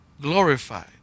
glorified